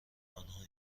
آنها